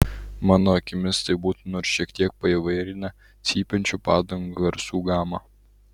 mano akimis tai būtų nors šiek tiek paįvairinę cypiančių padangų garsų gamą